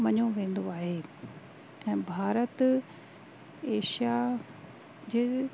मञो वेंदो आहे ऐं भारत एशिया जे